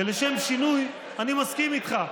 ולשם שינוי, אני מסכים איתך,